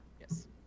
Yes